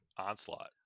Onslaught